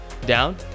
down